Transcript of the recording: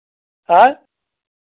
आँय